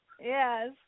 Yes